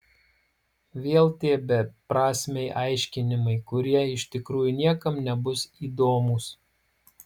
vėl tie beprasmiai aiškinimai kurie iš tikrųjų niekam nebus įdomūs